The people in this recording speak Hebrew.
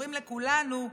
שזכורים לכולנו,